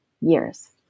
years